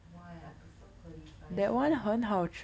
why I prefer curly fries leh